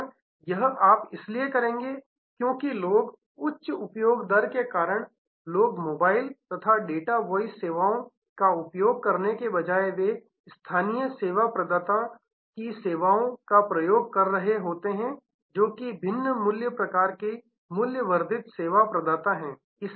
और यह आप इसलिए करेंगे क्योंकि लोग क्योंकि उच्च उपयोग दर के कारण लोग मोबाइल तथा डाटा वॉइस सेवाओं का उपयोग करने के बजाए वे स्थानीय सेवा प्रदाताओं की सेवाओं का प्रयोग कर रहे होते हैं जोकि भिन्न प्रकार के मूल्य वर्धित सेवा प्रदाता हैं